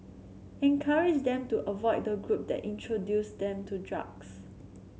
encourage them to avoid the group that introduced them to drugs